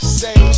say